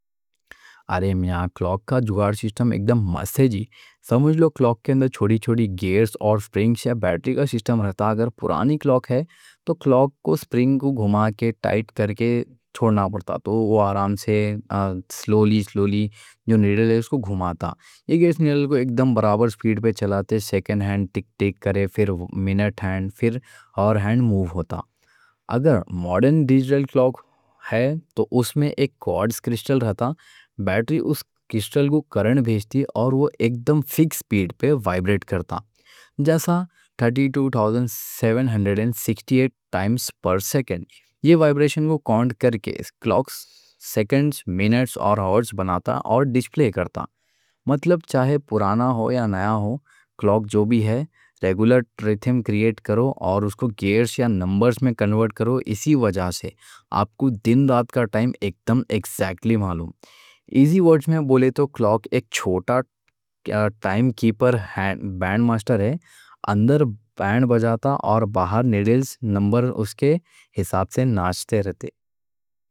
ارے میاں کلاک کا جگاڑ سسٹم ایکڑم مست ہے جی، سمجھ لو کلاک کے اندر چھوٹی چھوٹی گیئرز اور سپرنگز یا بیٹری کا سسٹم رہتا اگر پرانی کلاک ہے تو کلاک کے سپرنگز کو گھما کے ٹائٹ کر کے چھوڑنا پڑتا، تو وہ آرام سے سلو لی سلو لی جو نیڈل ہے اس کو گھماتا یہ گیئرز نیڈل کو ایکڑم برابر سپیڈ پہ چلاتے، سیکنڈ ہینڈ ٹِک ٹِک کرے، پھر منٹ ہینڈ، پھر آور ہینڈ موو ہوتا اگر ماڈرن ڈیجیٹل کلاک ہے تو اس میں ایک کوارٹز کرسٹل رہتا، بیٹری اس کرسٹل کو کرنٹ بھیجتی اور وہ ایکڑم فکس سپیڈ پہ وائبریٹ کرتا، جیسا 32,768 ٹائمز پر سیکنڈ یہ وائبریشن کو کاؤنٹ کر کے کلاک سیکنڈز، منٹس اور آورز بناتا اور ڈسپلے کرتا مطلب چاہے پرانا ہو یا نیا ہو، کلاک جو بھی ہے ریگولر ردھم کریٹ کر کے اس کو گیئرز یا نمبرز میں کنورٹ کرتا، اسی وجہ سے آپ کو دن رات کا ٹائم ایکڑم ایکزیکٹلی معلوم ایزی ورڈز میں بولے تو کلاک ایک چھوٹا ٹائم کیپر بینڈ ماسٹر ہے، اندر بینڈ بجاتا اور باہر نیڈلز نمبر اس کے حساب سے ناچتے رہتے